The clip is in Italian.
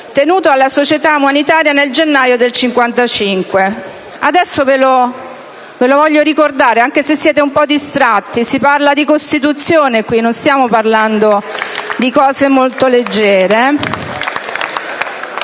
tenuto alla Società umanitaria nel gennaio del 1955. Ve lo voglio ricordare, anche se siete un po' distratti: si parla di Costituzione qui, non stiamo parlando di argomenti molto leggeri!